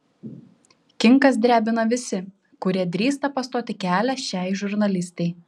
kinkas drebina visi kurie drįsta pastoti kelią šiai žurnalistei